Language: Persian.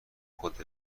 خود